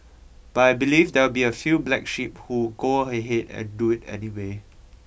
but I believe there will be a few black sheep who go ahead and do it anyway